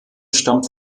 stammt